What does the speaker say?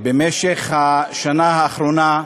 במשך השנה האחרונה,